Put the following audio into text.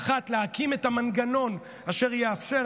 להקים את המנגנון אשר יאפשר,